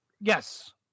Yes